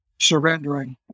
surrendering